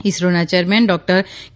ઇસરોના chairman doctor કે